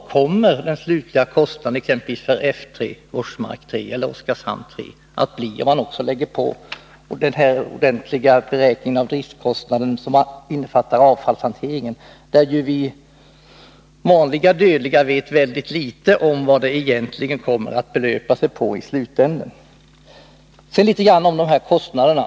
Vad kommer den slutliga kostnaden, exempelvis för Forsmark 3 eller Oskarshamn 3 att bli, om man också tar hänsyn till den ordentliga beräkning av driftkostnaden som innefattar avfallshanteringen? Vi vanliga dödliga vet väldigt litet om vad den kostnaden i slutänden egentligen kommer att belöpa sig till. Sedan ytterligare något om kostnaderna.